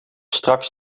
straks